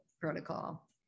protocol